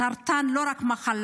סרטן הוא לא רק מחלה.